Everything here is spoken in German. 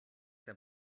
der